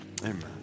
Amen